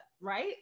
Right